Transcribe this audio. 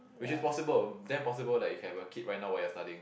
which is possible damn possible like you can have a kid right now while you are studying